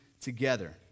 together